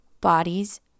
Bodies